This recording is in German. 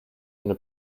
eine